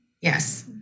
yes